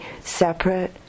separate